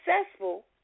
successful